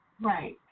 Right